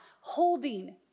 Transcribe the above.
holding